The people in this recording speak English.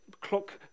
clock